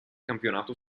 campionato